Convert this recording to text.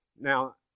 Now